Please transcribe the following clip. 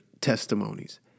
testimonies